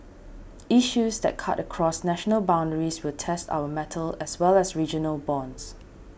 issues that cut across national boundaries will test our mettle as well as regional bonds